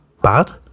bad